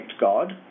God